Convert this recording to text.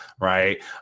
right